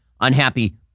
unhappy